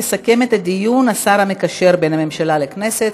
יסכם את הדיון השר המקשר בין הממשלה לכנסת,